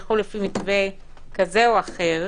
תלכו לפי מתווה כזו או אחר,